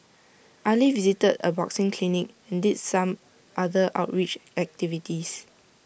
Ali visited A boxing clinic and did some other outreach activities